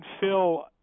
Phil